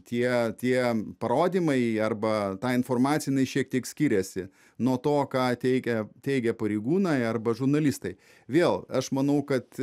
tie tie parodymai arba ta informacija jinai šiek tiek skiriasi nuo to ką teigia teigia pareigūnai arba žurnalistai vėl aš manau kad